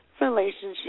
relationship